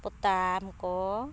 ᱯᱚᱛᱟᱢ ᱠᱚ